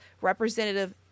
Representative